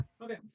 okay